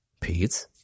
pete